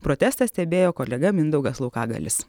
protestą stebėjo kolega mindaugas laukagalis